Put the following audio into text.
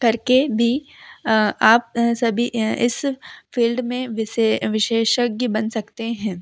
करके भी आप सभी इस फ़ील्ड में विसे विशेषज्ञ बन सकते हैं